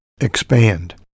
expand